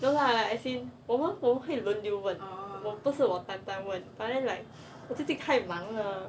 no lah as in 我们会轮流问不是我单单问 but then like 最近太忙了